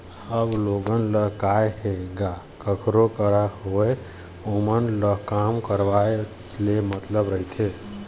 अब लोगन ल काय हे गा कखरो करा होवय ओमन ल काम करवाय ले मतलब रहिथे